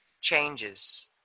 changes